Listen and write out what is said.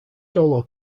solo